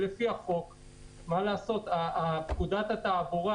לפי פקודת התעבורה,